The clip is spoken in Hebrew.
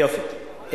יופי.